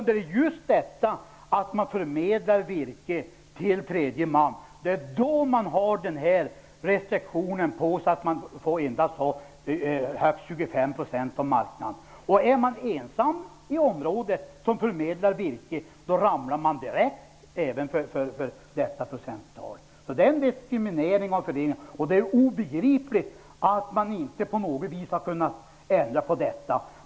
Det är när man förmedlar virke till tredje man som restriktionen finns om att man får ha högst 25 % av marknaden. Är man ensam i området om att förmedla virke ramlar man direkt även för detta procenttal. Det är en diskriminering av föreningen. Det är obegripligt att man inte på något vis har kunnat ändra på detta.